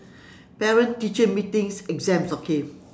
parent teacher meetings exams okay